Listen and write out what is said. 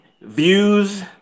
views